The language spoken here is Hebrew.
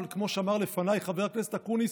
אבל כמו שאמר לפניי חבר הכנסת אקוניס,